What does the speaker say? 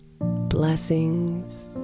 Blessings